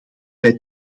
wij